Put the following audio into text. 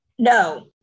No